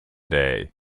day